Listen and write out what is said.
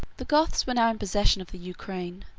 the goths were now in possession of the ukraine,